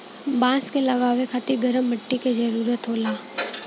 बांस क लगावे खातिर गरम मट्टी क जरूरत होला